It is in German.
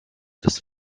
des